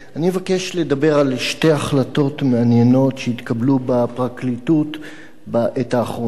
אני אבקש לדבר על שתי החלטות מעניינות שהתקבלו בפרקליטות בעת האחרונה.